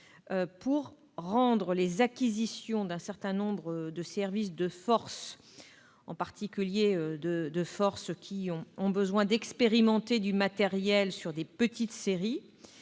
de rendre les acquisitions d'un certain nombre de services de forces, en particulier ceux qui ont besoin d'expérimenter du matériel sur des petites séries.